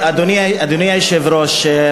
אדוני היושב-ראש,